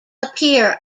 appear